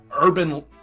urban